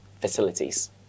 facilities